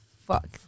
Fuck